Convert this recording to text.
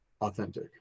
authentic